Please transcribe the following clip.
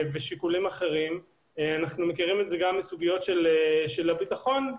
אנחנו מכירים את זה מסוגיות ביטחון.